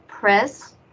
Press